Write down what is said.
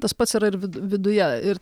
tas pats yra ir vidu viduje ir